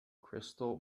crystal